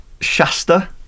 Shasta